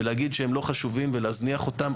להגיד שהם לא חשובים ולהזניח אותם.